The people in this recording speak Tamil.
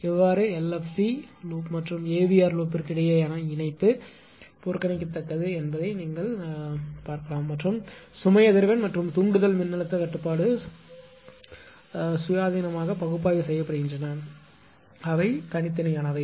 இவ்வாறு எல்எஃப்சி லூப் மற்றும் ஏவிஆர் லூப்பிற்கு இடையேயான இணைப்பு புறக்கணிக்கத்தக்கது நீங்கள் இதைத் தவிர்க்கலாம் மற்றும் சுமை அதிர்வெண் மற்றும் தூண்டுதல் மின்னழுத்தக் கட்டுப்பாடு சுயாதீனமாக பகுப்பாய்வு செய்யப்படுகின்றன அவை தனித்தனியானவை